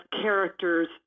characters